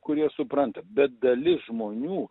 kurie supranta bet dalis žmonių